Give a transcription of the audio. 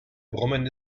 brummen